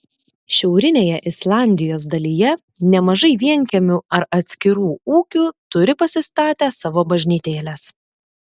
šiaurinėje islandijos dalyje nemažai vienkiemių ar atskirų ūkių turi pasistatę savo bažnytėles